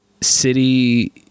city